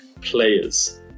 players